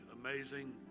amazing